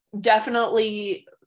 definitely-